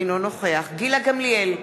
אינו נוכח גילה גמליאל,